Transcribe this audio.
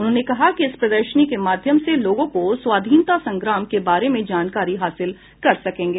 उन्होंने कहा कि इस प्रदर्शनी के माध्यम से लोग स्वाधीनता संग्राम के बारे में जानकारी हासिल कर सकेंगे